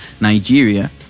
Nigeria